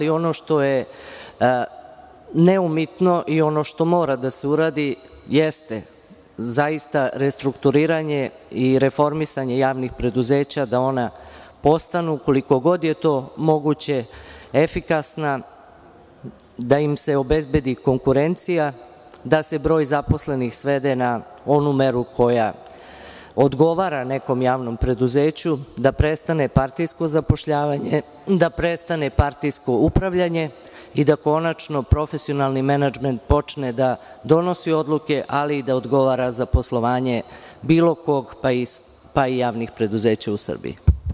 Ono što je neumitno i ono što mora da se uradi jeste zaista restrukturiranje i reformisanje javnih preduzeća, da ona postanu, koliko god je to moguće, efikasna, da im se obezbedi konkurencija, da se broj zaposlenih svede na onu meru koja odgovara nekom javnom preduzeću, da prestane partijsko zapošljavanje, da prestane partijsko upravljanje i da konačno profesionalni menadžment počne da donosi odluke, ali i da odgovara za poslovanje bilo kog, pa i javnih preduzeća u Srbiji.